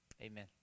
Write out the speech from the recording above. Amen